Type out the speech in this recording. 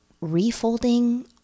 refolding